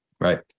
right